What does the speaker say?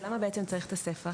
אז למה בעצם צריך ספח?